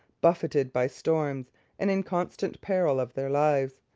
buffeted by storms and in constant peril of their lives,